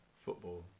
football